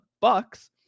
Bucks